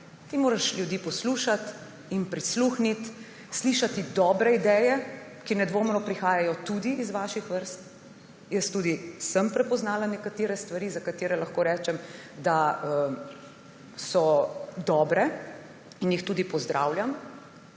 Ti moraš ljudi poslušati in prisluhniti, slišati dobre ideje, ki nedvomno prihajajo tudi iz vaših vrst. Jaz tudi sem prepoznala nekatere stvari, za katere lahko rečem, da so dobre in jih tudi pozdravljam,